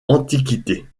antiquité